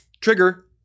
trigger